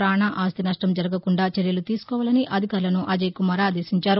ప్రాణ ఆస్లి నష్ణం జరగకుండా చర్యలు తీసుకోవాలని అధికారులను అజయ్కుమార్ ఆదేశించారు